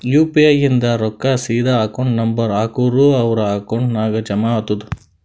you P I ಇಂದ್ ರೊಕ್ಕಾ ಸೀದಾ ಅಕೌಂಟ್ ನಂಬರ್ ಹಾಕೂರ್ ಅವ್ರ ಅಕೌಂಟ್ ನಾಗ್ ಜಮಾ ಆತುದ್